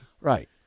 Right